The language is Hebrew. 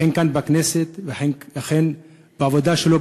כאן בכנסת ובעבודה שלו,